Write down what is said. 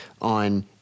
on